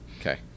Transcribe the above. Okay